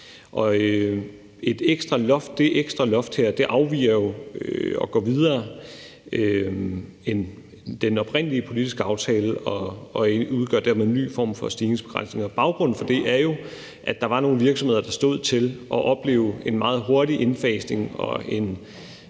Det ekstra loft afviger jo og går videre end den oprindelige politiske aftale og udgør dermed en ny form for stigningsbegrænsning. Baggrunden for det er jo, at der var nogle virksomheder, der stod til at opleve en meget hurtig indfasning og